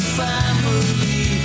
family